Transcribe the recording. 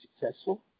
successful